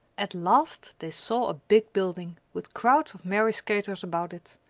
at last they saw a big building, with crowds of merry skaters about it.